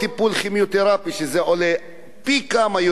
שזה עולה פי כמה יותר מההקרנות,